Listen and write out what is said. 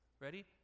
Ready